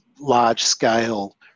large-scale